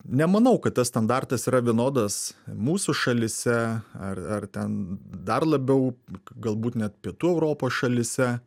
nemanau kad tas standartas yra vienodas mūsų šalyse ar ten dar labiau galbūt net pietų europos šalyse